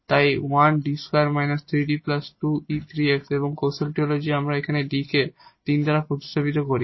তাই 1 𝐷2−3𝐷2 𝑒 3𝑥 এবং কৌশলটি হল যে আমরা এই D কে 3 দ্বারা প্রতিস্থাপন করি